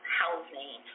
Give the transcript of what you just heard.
housing